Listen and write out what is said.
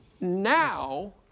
Now